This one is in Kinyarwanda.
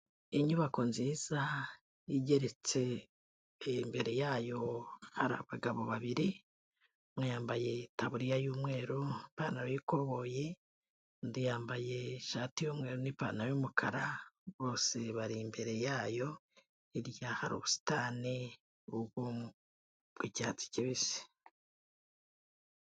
Inyubako nziza igeretse, imbere yayo hari abagabo babiri, umwe yambaye itaburiya y'umweru, ipantaro y'ikoboyi, undi yambaye ishati y'umweru n'ipantaro y'umukara, bose bari imbere yayo, hirya hari ubusitani bw'iyatsi kibisi.